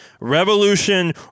revolution